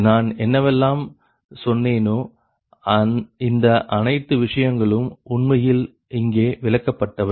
நான் என்னவெல்லாம் சொன்னேனோ இந்த அணைத்து விஷயங்களும் உண்மையில் இங்கே விள்ளக்கப்பட்டவை